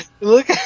Look